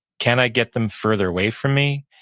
can i get them further away from me?